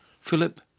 Philip